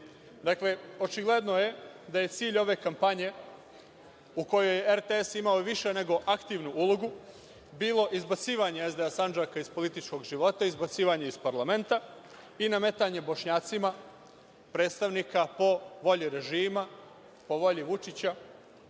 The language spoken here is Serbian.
prilog. Očigledno je da je cilj ove kampanje u kojoj je RTS imao više nego aktivnu ulogu, bilo izbacivanje SDA Sandžaka iz političkog života, izbacivanje iz parlamenta i nametanje Bošnjacima predstavnika po volji režima, po volji Vučića